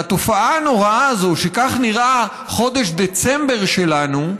התופעה הנוראה הזאת שכך נראה חודש דצמבר שלנו,